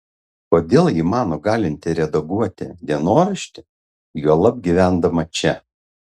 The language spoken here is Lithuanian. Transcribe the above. kodėl ji mano galinti redaguoti dienoraštį juolab gyvendama čia